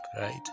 right